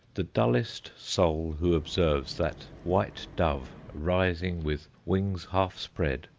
the dullest soul who observes that white dove rising with wings half spread,